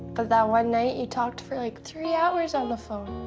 but that one night you talked for like three hours on the phone.